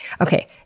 Okay